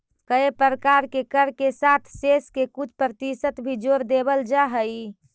कए प्रकार के कर के साथ सेस के कुछ परतिसत भी जोड़ देवल जा हई